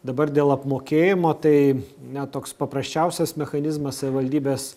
dabar dėl apmokėjimo tai na toks paprasčiausias mechanizmas savivaldybės